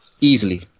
Easily